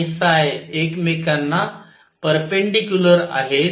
आणि एकमेकांना पेरपेंडीक्युलर आहेत